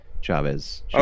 Chavez